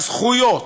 בזכויות,